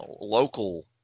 local